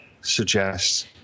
suggests